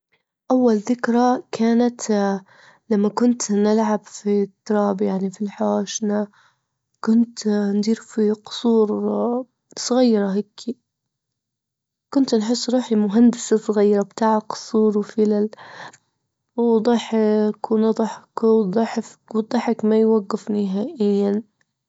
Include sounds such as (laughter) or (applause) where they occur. أول ذكرى كانت (hesitation) لما كنت نلعب في التراب يعني في الحوشنة، كنت (hesitation) ندير في قصور صغيرة هيك، كنت نحس روحي مهندسة صغيرة بتاع قصور وفلل، وضحك ونضحكوا والضحك ما يوجف نهائيا.